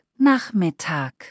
Nachmittag